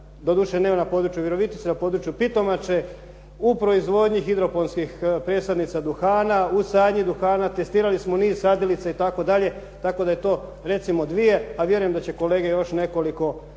doduše ne na području Virovitice, na području Pitomače u proizvodnji hidroponskih presadnica duhana, u sadnji duhana, testirali smo niz sadilica itd., tako da je to recimo dvije, a vjerujem da će kolege još nekoliko